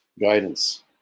guidance